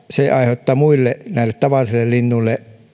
se saattaa aiheuttaa muille näille tavallisille linnuille